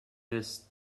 this